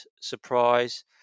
surprise